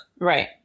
Right